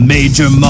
Major